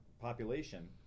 population